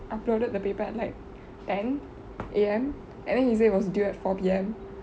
uploaded the paper at like ten A_M and then he said was due at four P_M